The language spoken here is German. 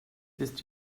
ist